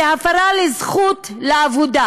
זו הפרה של הזכות לעבודה,